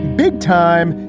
big time.